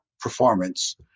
performance